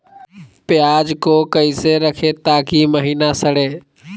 प्याज को कैसे रखे ताकि महिना सड़े?